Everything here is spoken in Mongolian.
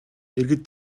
иргэд